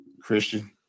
christian